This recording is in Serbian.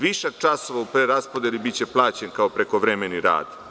Višak časova u preraspodeli biće plaćen kao prekovremeni rad.